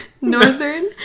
northern